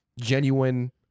genuine